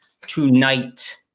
tonight